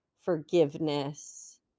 forgiveness